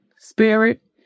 spirit